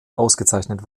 ausgezeichnet